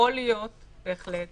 יכול להיות בהחלט